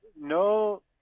no